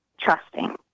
trusting